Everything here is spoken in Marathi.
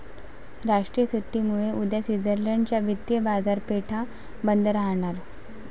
राष्ट्रीय सुट्टीमुळे उद्या स्वित्झर्लंड च्या वित्तीय बाजारपेठा बंद राहणार